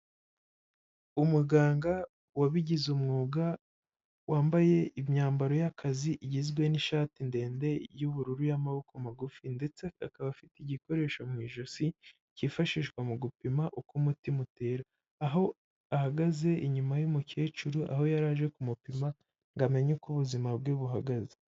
Umuganga wabigize umwuga wambaye imyambaro y'akazi igizwe n'ishati ndende y'ubururu y'amaboko magufi ndetse akaba afite igikoresho mu ijosi cyifashishwa mu gupima uko umutima utera. Aho ahagaze inyuma y'umukecuru, aho yari aje kumupima ngo amenye uko ubuzima bwe buhagaze.